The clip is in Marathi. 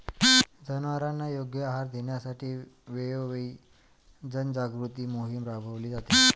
जनावरांना योग्य आहार देण्यासाठी वेळोवेळी जनजागृती मोहीम राबविली जाते